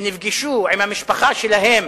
שנפגשו עם המשפחה שלהם